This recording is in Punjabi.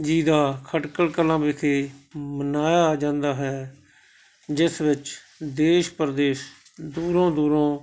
ਜੀ ਦਾ ਖਟਕੜ ਕਲਾਂ ਵਿਖੇ ਮਨਾਇਆ ਜਾਂਦਾ ਹੈ ਜਿਸ ਵਿੱਚ ਦੇਸ਼ ਪ੍ਰਦੇਸ਼ ਦੂਰੋਂ ਦੂਰੋਂ